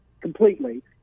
completely